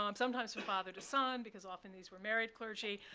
um sometimes from father to son, because often these were married clergy,